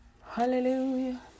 Hallelujah